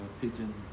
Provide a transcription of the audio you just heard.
pigeon